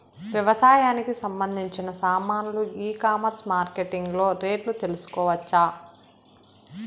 వ్యవసాయానికి సంబంధించిన సామాన్లు ఈ కామర్స్ మార్కెటింగ్ లో రేట్లు తెలుసుకోవచ్చా?